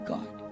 God